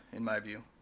in my view.